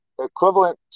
equivalent